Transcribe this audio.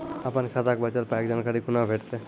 अपन खाताक बचल पायक जानकारी कूना भेटतै?